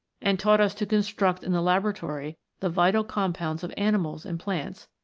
and taught us to construct in the laboratory the vital compounds of animals and plants,